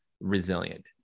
resilient